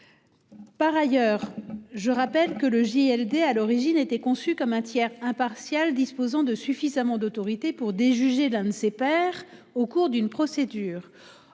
Par ailleurs, je rappelle que le JLD. À l'origine était conçu comme un tiers impartial disposant de suffisamment d'autorité pour déjuger d'un de ses pairs au cours d'une procédure.